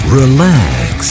relax